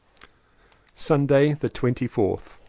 sunday the twenty fourth.